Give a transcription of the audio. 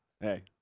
hey